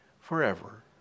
forever